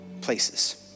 places